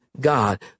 God